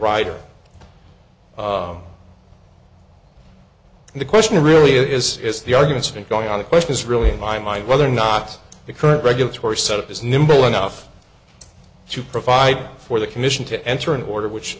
the rider and the question really is is the argument going on the question is really in my mind whether or not the current regulatory set up is nimble enough to provide for the commission to enter an order which